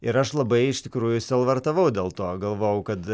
ir aš labai iš tikrųjų sielvartavau dėl to galvojau kad